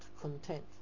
content